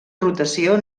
rotació